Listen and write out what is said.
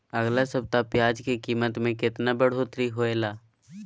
अगला सप्ताह प्याज के कीमत में कितना बढ़ोतरी होलाय?